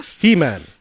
He-Man